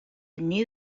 new